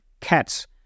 cats